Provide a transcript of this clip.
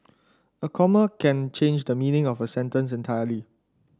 a comma can change the meaning of a sentence entirely